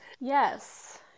Yes